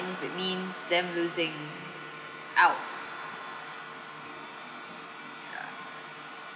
which means them losing out ya